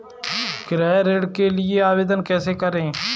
गृह ऋण के लिए आवेदन कैसे करें?